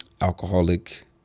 Alcoholic